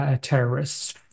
terrorists